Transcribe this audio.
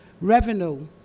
revenue